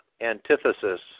antithesis